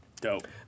Dope